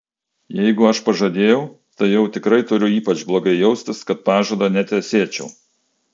jeigu aš pažadėjau tai jau tikrai turiu ypač blogai jaustis kad pažado netesėčiau